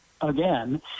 again